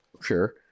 Sure